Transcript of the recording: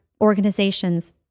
organizations